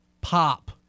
pop